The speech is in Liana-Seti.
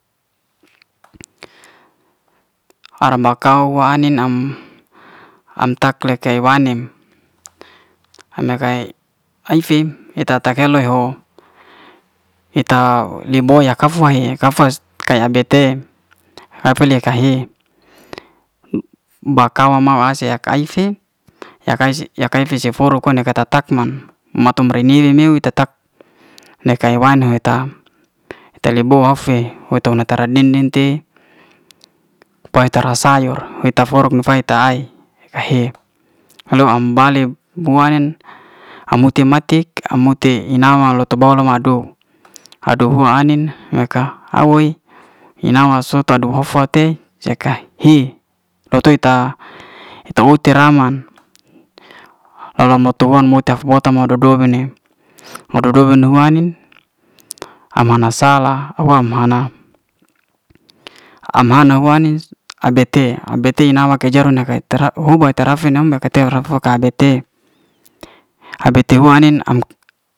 Ar'bakau wa ai'nin am am tek le ay'wanem, ama ka ai'fe eta ta kele'ho ita le'boya kaf'wahe kaya be te re'fe le ka'hi ba'kawa mau asi yak ai fe, ya kaise ya kaise se forok ko ma ta tak'ma matum re ni niuw ta tak ne kay'wane eta he ta'le boa'hafe we tona tara din- ding te para sayur, eta forok nu fai ta'ai ka he halo'an am bale bua'nen am huti'matik, am huti inama lo to bo'lo ma aduh, aduh'fu ai'nin meka awoi ina'wa sota du ho'fa ke ya ka hi la toi'ta, eta oti raman lo'lon mote huan mote haf'bouton mo dodo be'ni. a'dodo men ai'nin am hana salah wam hana. am ham hu ai'nin a be'te. a be'te ina'wa ke jeru'naka tra oh'hoba tra fe nambe ka'te ra'fa ka'be te, a'bete huan ai'nin am.